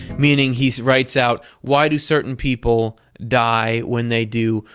meaning he writes out why do certain people die when they do?